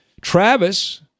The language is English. Travis